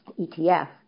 ETF